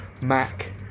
Mac